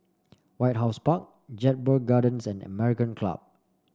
White House Park Jedburgh Gardens and American Club